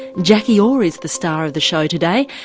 jackie orr is the star of the show today.